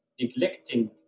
neglecting